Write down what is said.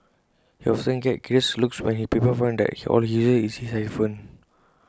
he often gets curious looks when people find out that all he uses is his iPhone